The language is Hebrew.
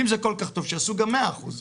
אם זה כל כך טוב, שיעשו גם 100 אחוזים.